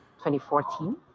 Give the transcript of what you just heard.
2014